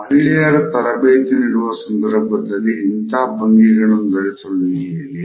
ಮಹಿಳೆಯರ ತರಬೇತಿ ನೀಡುವ ಸಂದರ್ಭದಲ್ಲಿ ಇಂತಹ ಭಂಗಿಗಳಲ್ಲೂ ಧರಿಸಲು ಹೇಳುತ್ತಾರೆ